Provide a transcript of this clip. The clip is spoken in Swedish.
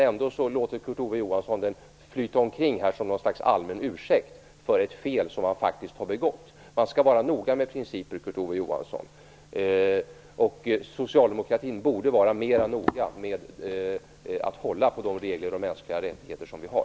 Ändå låter Kurt Ove Johansson den flyta omkring som något slags allmän ursäkt för ett fel som faktiskt har begåtts. Man skall vara noga med principer, Kurt Ove Johansson. Socialdemokratin borde vara mera noga med att hålla på de regler om mänskliga rättigheter som vi har.